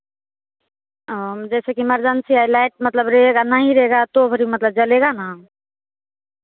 ओ जैसे कि इमरजेंसी है लाइट मतलब रहेगा नहीं रहेगा तो मतलब जलेगा ना